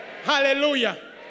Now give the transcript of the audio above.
Hallelujah